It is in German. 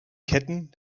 ketten